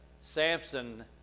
Samson